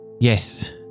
Yes